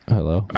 Hello